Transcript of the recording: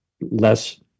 less